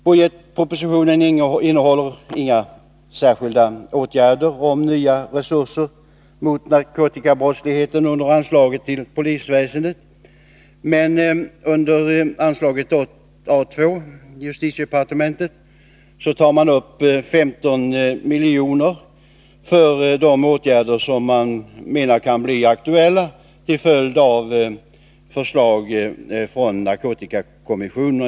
Budgetpropositionen innehåller under anslaget till polisväsendet ingenting om nya resurser mot narkotikabrottsligheten. Men under anslaget A 2. Justitiedepartementet tas det upp 15 milj.kr. för de åtgärder som man menar kan bli aktuella till följd av förslag från narkotikakommissionen.